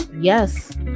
Yes